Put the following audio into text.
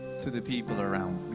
to the people around